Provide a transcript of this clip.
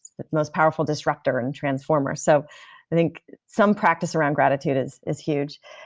the most powerful disrupter and transformer so i think some practice around gratitude is is huge.